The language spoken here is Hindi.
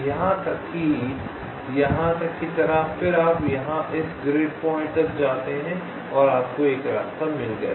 यहाँ तक की तरह फिर आप यहाँ इस ग्रिड पॉइंट तक जाते हैं और आपको एक रास्ता मिल गया है